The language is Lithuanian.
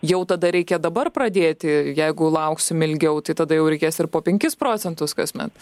jau tada reikia dabar pradėti jeigu lauksime ilgiau tai tada jau reikės ir po penkis procentus kasmet